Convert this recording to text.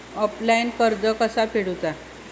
Offline कर्ज कसा फेडूचा?